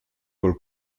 col